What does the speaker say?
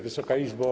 Wysoka Izbo!